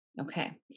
Okay